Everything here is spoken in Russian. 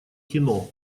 кино